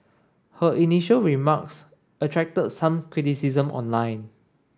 her initial remarks attracted some criticism online